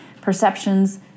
perceptions